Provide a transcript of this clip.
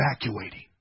evacuating